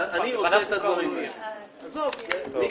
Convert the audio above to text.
מיקי,